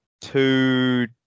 two